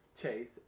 chase